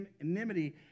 enmity